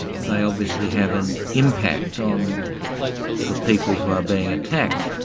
they obviously have an impact on the people who are being attacked.